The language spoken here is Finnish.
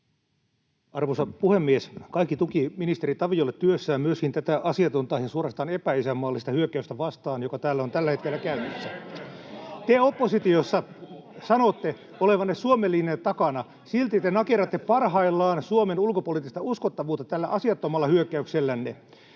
Arvoisa puhemies! Kaikki tuki ministeri Taviolle työssään myöskin tätä asiatonta ja suorastaan epäisänmaallista hyökkäystä vastaan, joka täällä on tällä hetkellä käynnissä. [Sosiaalidemokraattien ryhmästä: Höpö höpö! Ohhoh! — Välihuutoja] Te oppositiossa sanotte olevanne Suomen linjan takana. Silti te nakerratte parhaillaan Suomen ulkopoliittista uskottavuutta tällä asiattomalla hyökkäyksellänne.